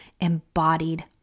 embodied